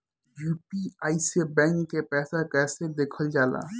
UPI से bank के पैसा कैसे देखल जाला?